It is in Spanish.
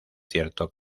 cierto